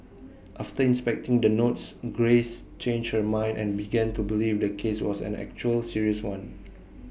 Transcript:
after inspecting the notes grace changed her mind and began to believe the case was an actual serious one